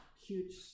huge